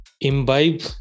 imbibe